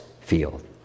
field